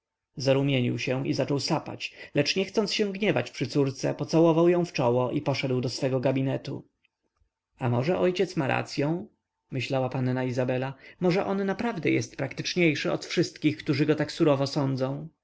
zarumienił się i zaczął sapać lecz nie chcąc gniewać się przy córce pocałował ją w czoło i poszedł do swego gabinetu a może ojciec ma racyą myślała panna izabela może on naprawdę jest praktyczniejszy od wszystkich którzy go tak surowo sądzą